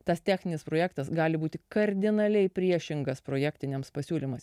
tas techninis projektas gali būti kardinaliai priešingas projektiniams pasiūlymams